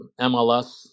MLS